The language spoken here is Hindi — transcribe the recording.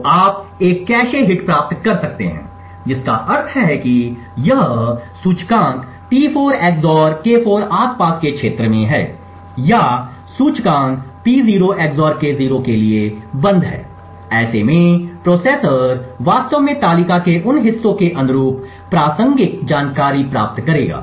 तो आप एक कैश हिट प्राप्त कर सकते हैं जिसका अर्थ है कि यह सूचकांक T4 XOR K4 आसपास के क्षेत्र में है या सूचकांक P0 XOR K0 के लिए बंद है ऐसे में प्रोसेसर वास्तव में तालिका के उन हिस्सों के अनुरूप प्रासंगिक जानकारी प्राप्त करेगा